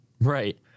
Right